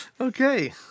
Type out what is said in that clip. Okay